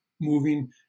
moving